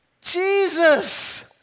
Jesus